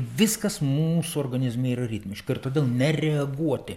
viskas mūsų organizme yra ritmiška ir todėl nereaguoti